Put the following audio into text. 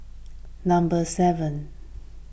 number seven